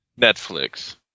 netflix